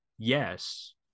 yes